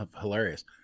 hilarious